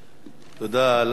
תודה לאדוני.